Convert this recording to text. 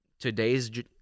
today's